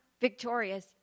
victorious